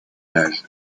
âge